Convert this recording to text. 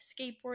skateboarding